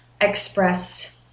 express